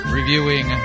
reviewing